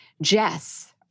Jess